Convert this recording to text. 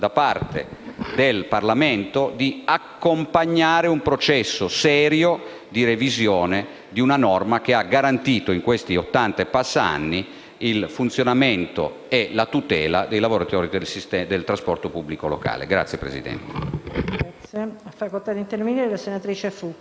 del Parlamento, di accompagnare un processo serio, di revisione di una norma che ha garantito, in questi oltre ottanta anni, il funzionamento e la tutela dei lavoratori del sistema del trasporto pubblico locale. PRESIDENTE.